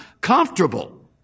comfortable